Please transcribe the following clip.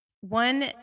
One